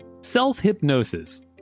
Self-hypnosis